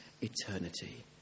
eternity